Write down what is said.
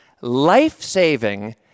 life-saving